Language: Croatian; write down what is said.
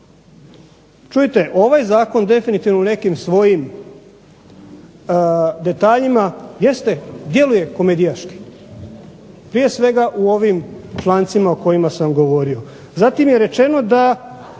Čujte ovaj Zakon definitivno u nekim svojim detaljima djeluje komedijaški, prije svega u ovim člancima o kojima sam govorio. Zatim je rečeno da